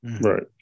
right